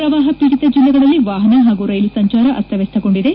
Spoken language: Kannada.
ಪ್ರವಾಹ ಪೀಡಿತ ಜಿಲ್ಲೆಗಳಲ್ಲಿ ವಾಹನ ಹಾಗೂ ರೈಲು ಸಂಚಾರ ಅಸ್ತವ್ಯಸ್ತಗೊಂಡಿದೆ